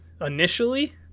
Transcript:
initially